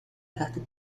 تحت